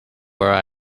where